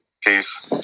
Peace